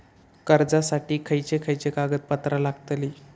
कर्जासाठी खयचे खयचे कागदपत्रा लागतली?